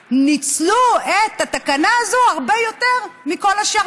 ניצלו את התקנה הזו הרבה יותר מכל השאר,